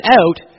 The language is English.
out